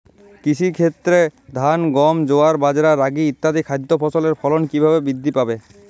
কৃষির ক্ষেত্রে ধান গম জোয়ার বাজরা রাগি ইত্যাদি খাদ্য ফসলের ফলন কীভাবে বৃদ্ধি পাবে?